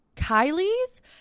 Kylie's